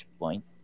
point